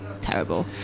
terrible